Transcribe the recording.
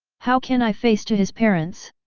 how can i face to his parents?